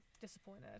Disappointed